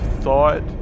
thought